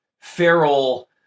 feral